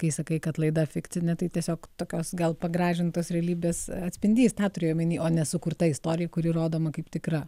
kai sakai kad laida fikcinė tai tiesiog tokios gal pagražintos realybės atspindys tą turėjau omeny o ne sukurta istorija kuri rodoma kaip tikra